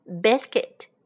biscuit